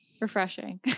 refreshing